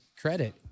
credit